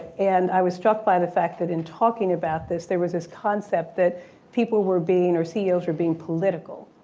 and i was struck by the fact that in talking about this, there was this concept that people were being or ceos were being political.